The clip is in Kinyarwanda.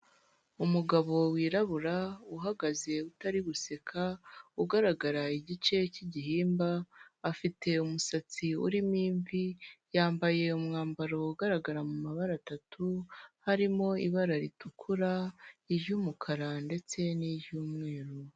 Umugabo w'irabura uhagaze utari guseka ugaragara igice cy'igihimba, afite umusatsi urimo imvi, yambaye umwambaro ugaragara mu mabara atatu harimo ibara ritukura, iy'umukara ndetse n'iyumweru.